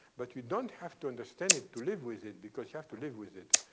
but you don't have to understand it to live with it, because you have to live with it.